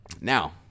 Now